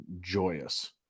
joyous